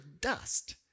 dust